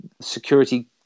security